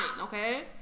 Okay